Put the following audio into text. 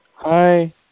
Hi